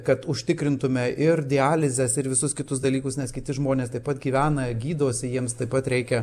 kad užtikrintume ir dializės ir visus kitus dalykus nes kiti žmonės taip pat gyvena gydosi jiems taip pat reikia